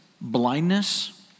blindness